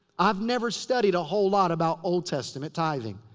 i've never studied a whole lot about old testament tithing.